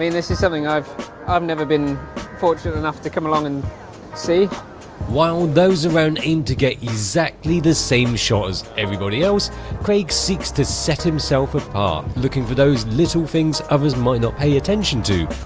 this is something i've i've never been fortunate enough to come along and see while those around in to get exactly the same shot as everybody else craig seeks to set himself apart looking for those little things others might not pay attention to